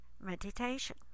meditation